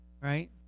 right